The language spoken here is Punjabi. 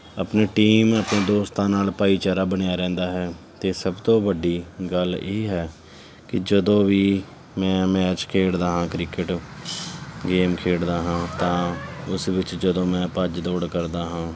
ਆਪਣੀ ਟੀਮ ਆਪਣੇ ਦੋਸਤਾਂ ਨਾਲ ਭਾਈਚਾਰਾ ਬਣਿਆ ਰਹਿੰਦਾ ਹੈ ਅਤੇ ਸਭ ਤੋਂ ਵੱਡੀ ਗੱਲ ਇਹ ਹੈ ਕਿ ਜਦੋਂ ਵੀ ਮੈਂ ਮੈਚ ਖੇਡਦਾ ਹਾਂ ਕ੍ਰਿਕਟ ਗੇਮ ਖੇਡਦਾ ਹਾਂ ਤਾਂ ਉਸ ਵਿੱਚ ਜਦੋਂ ਮੈਂ ਭੱਜ ਦੌੜ ਕਰਦਾ ਹਾਂ